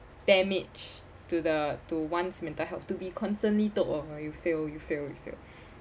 damage to the to one's mental health to be constantly told oh you failed you failed you failed